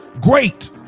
great